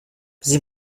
sie